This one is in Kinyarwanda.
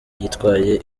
yitwaye